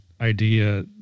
idea